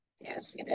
Yes